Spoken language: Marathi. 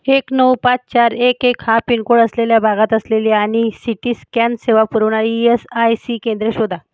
एक नऊ पाच चार एक एक हा पिनकोळ असलेल्या भागात असलेली आणि सी टी स्कॅन सेवा पुरवणारी ई एस आय सी केंद्रे शोधा